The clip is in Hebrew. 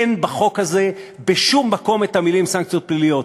אין בחוק הזה בשום מקום המילים "סנקציות פליליות".